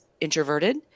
introverted